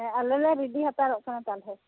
ᱦᱮᱸ ᱟᱞᱮ ᱞᱮ ᱨᱮᱰᱤ ᱦᱟᱛᱟᱲᱚᱜ ᱠᱟᱱᱟ ᱛᱟᱦᱚᱞᱮ